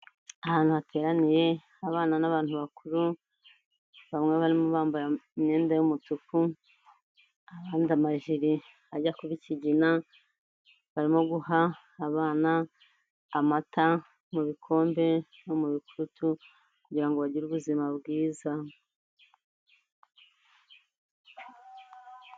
Ahantu hateraniye abana n'abantu bakuru bamwe barimo bambaye imyenda y'umutuku abandi amajire ajya kuba ikigina barimo guha abana amata mu bikombe no mu bikurutu kugira ngo bagire ubuzima bwiza.